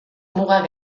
mugak